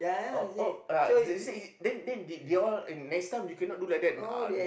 oh oh ya they they say then then they all eh next time you cannot do like that uh